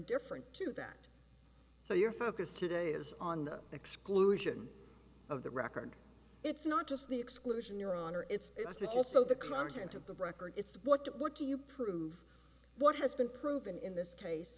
different to that so your focus today is on the exclusion of the record it's not just the exclusion your honor it's also the content of the brecker it's what do you prove what has been proven in this case